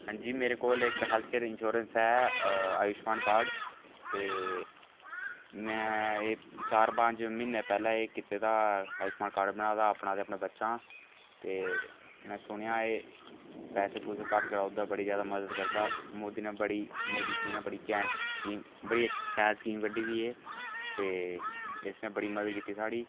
हां जी मेरे कोल इक हैल्थ केयर इंशोरेंस ऐ आयुमान कार्ड ते में एह् चार पंज म्हीने पैह्ले एह् कीते दा आयुशमान बनाए दा अपना ते अपने बच्चें दा ते में सुनेआ एह् पैसे पुसे घट्ट कराऊ उड़दे बड़ी ज्यादा मदद करदा मोदी ने बड़ी मोदी जी ने बड़ी कैन्ठ स्कीम बड़ी अच्छी शैल स्कीम कड्डी दी ऐ ते इस ने बड़ी मदद कीती साढ़ी